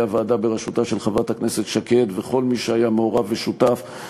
הוועדה בראשותה של חברת הכנסת שקד וכל מי שהיה מעורב ושותף,